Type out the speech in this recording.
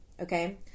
okay